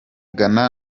ghana